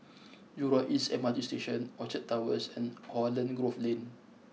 Jurong East M R T Station Orchard Towers and Holland Grove Lane